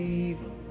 evil